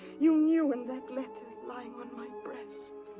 you knew in that letter lying on my breast.